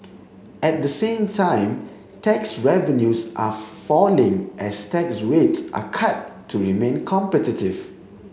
at the same time tax revenues are falling as tax rates are cut to remain competitive